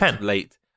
late